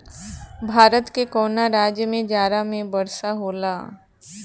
भारत के कवना राज्य में जाड़ा में वर्षा होला?